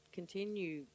continue